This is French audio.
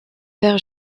père